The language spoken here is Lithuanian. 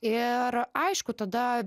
ir aišku tada